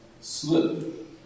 slip